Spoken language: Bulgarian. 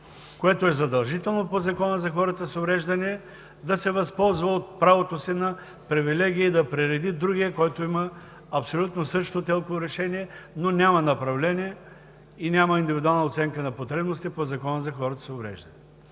което е задължително по Закона за хората с увреждания, да се възползва от правото си на привилегия и да пререди другия, който има абсолютно същото ТЕЛК-ово решение, но няма направление и няма индивидуална оценка на потребностите по Закона за хората с увреждания?